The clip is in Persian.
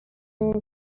اون